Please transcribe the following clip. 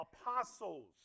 apostles